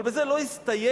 אבל בזה לא הסתיים,